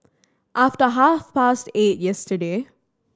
after half past eight yesterday